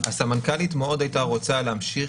הסמנכ"לית הייתה רוצה מאוד להמשיך